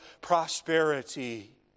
prosperity